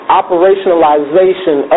operationalization